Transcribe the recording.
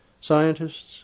scientists